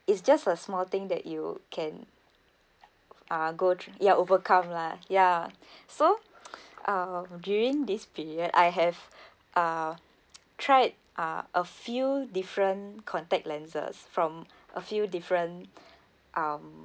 it's just a small thing that you can uh go th~ ya overcome lah ya so mm during this period I have uh tried uh a few different contact lenses from a few different um